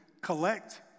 collect